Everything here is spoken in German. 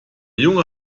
junge